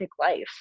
life